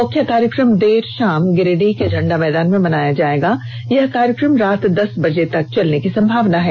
मुख्य कार्यक्रम देर शाम को गिरिडीह के झंडा मैदान में मनाया जाएगा यह कार्यक्रम रात दस बजे तक चलने की संभावना है